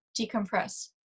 decompress